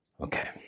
Okay